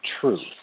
truth